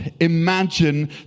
imagine